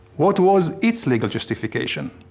what was its legal justification?